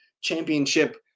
championship